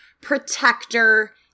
protector